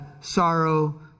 sorrow